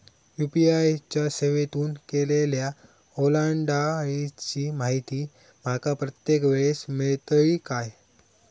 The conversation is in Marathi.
यू.पी.आय च्या सेवेतून केलेल्या ओलांडाळीची माहिती माका प्रत्येक वेळेस मेलतळी काय?